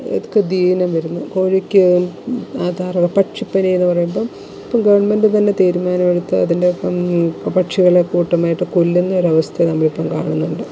അവർക്ക് ദീനം വരുന്നു കോഴിക്ക് ആദാരോ പക്ഷിപ്പനി എന്ന് പറയുമ്പം ഇപ്പം ഗവൺമെൻറ് തന്നെ തീരുമാനം എടുത്ത് അതിൻ്റെ പക്ഷികളെ കൂട്ടമായിട്ട് കൊല്ലുന്ന ഒരവസ്ഥ നമ്മളിപ്പം കാണുന്നുണ്ട്